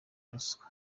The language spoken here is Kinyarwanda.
ruswa